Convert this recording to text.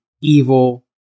evil